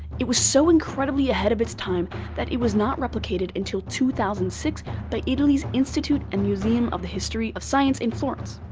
it was so incredibly ahead of its time that it was not replicated until two thousand and six by italy's institute and museum of the history of science in florence.